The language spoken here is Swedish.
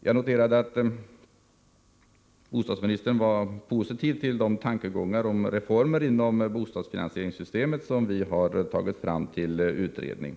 Jag noterade att bostadsministern var positiv till de tankegångar om reformer inom bostadsfinansieringssystemet som vi tagit fram till utredning.